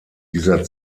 dieser